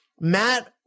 Matt